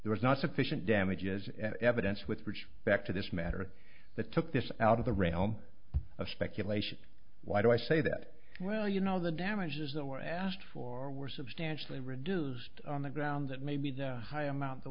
there is not sufficient damages evidence with which back to this matter that took this out of the realm of speculation why do i say that well you know the damages that were asked for were substantially reduced on the grounds that maybe the high amount